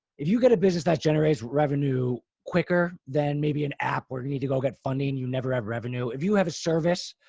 if you get a business that generates revenue quicker than maybe an app where you need to go get funding and you never have revenue, if you have a service,